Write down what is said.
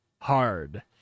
Hard